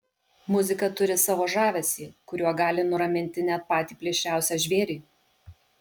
muzika turi savo žavesį kuriuo gali nuraminti net patį plėšriausią žvėrį